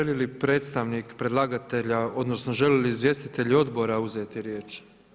Želi li predstavnik predlagatelja, odnosno žele li izvjestitelji odbora uzeti riječ?